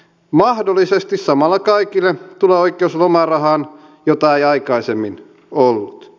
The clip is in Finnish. mahdollisesti samalla kaikille tulee oikeus lomarahaan jota ei aikaisemmin ollut